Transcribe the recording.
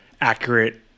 accurate